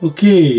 Okay